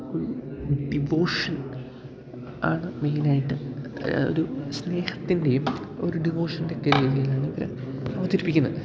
ഒര് ഡിവോഷൻ ആണ് മെയിനായിട്ട് ഒരു സ്നേഹത്തിൻ്റെയും ഒരു ഡിവോഷൻ്റെ ഒക്കെ ഒരു രീതിയിലാണ് ഇവര് അവതരിപ്പിക്കുന്നത്